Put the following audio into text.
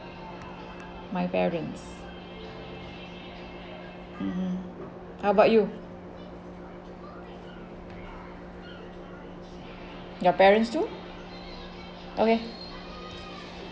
my parents mmhmm how about you your parents too okay